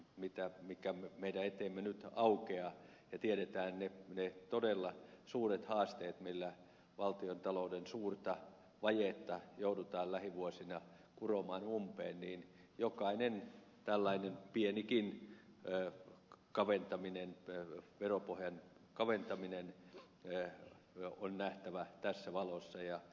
mikä mikä mikä ettei mennyt haukea ja kun tiedetään ne todella suuret haasteet joilla valtionta louden suurta vajetta joudutaan lähivuosina kuromaan umpeen niin jokainen tällainen pienikin veropohjan kaventaminen on nähtävä tässä valossa